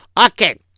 Okay